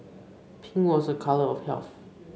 pink was a colour of health